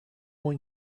one